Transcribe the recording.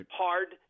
hard